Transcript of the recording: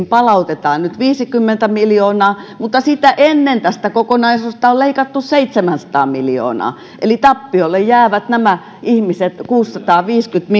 palautetaan nyt viisikymmentä miljoonaa mutta sitä ennen tästä kokonaisuudesta on leikattu seitsemänsataa miljoonaa eli tappiolle jäävät nämä ihmiset kuusisataaviisikymmentä